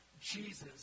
Jesus